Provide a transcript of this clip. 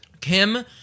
Kim